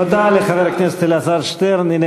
תודה לחבר הכנסת אלעזר שטרן.